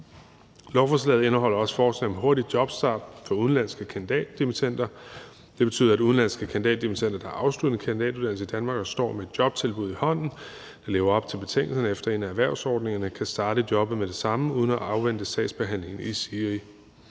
Lovforslaget indeholder også et forslag om en hurtig jobstart for udenlandske kandidatdimittender. Det betyder, at udenlandske kandidatdimittender, der har afsluttet en kandidatuddannelse i Danmark og står med et jobtilbud i hånden og lever op til betingelserne efter en af erhvervsordningerne, kan starte i jobbet med det samme uden at afvente sagsbehandlingen i SIRI.